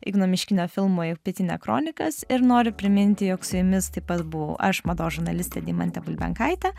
igno miškinio filmui pietinė kronikas ir noriu priminti jog su jumis taip pat buvau aš mados žurnalistė deimantė bulbenkaitė